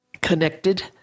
connected